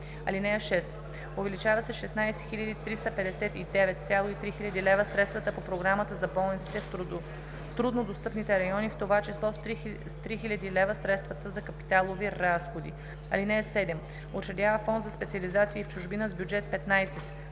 6 и 7: „(6) Увеличава с 16 359,3 хил. лв. средствата по програмата за болниците в труднодостъпните райони, в т.ч. с 3 000 хил. лв. средствата за капиталови разходи. (7) Учредява фонд за специализации в чужбина с бюджет 15